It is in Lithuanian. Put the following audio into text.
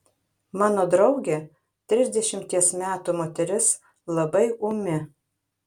mano draugė trisdešimties metų moteris labai ūmi